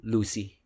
Lucy